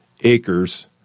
acres